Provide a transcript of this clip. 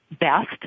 best